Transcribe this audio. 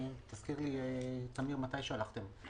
תזכיר לי, טמיר, מתי שלחתם את סדר-היום.